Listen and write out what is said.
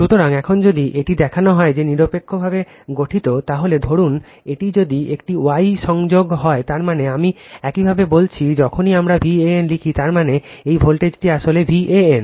সুতরাং এখন যদি এটি দেখানো হয় যে নিরপেক্ষভাবে গঠিত হয় তাহলে ধরুন এটি যদি একটি Y সংযুক্ত হয় তার মানে আমি একইভাবে বলেছি যখনই আমরা Van লিখি তার মানে এই ভোল্টেজটি আসলে ভ্যান